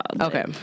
Okay